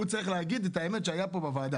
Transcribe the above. הוא צריך להגיד את האמת שזה היה פה בוועדה,